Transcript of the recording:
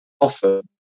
often